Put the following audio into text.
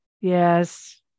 Yes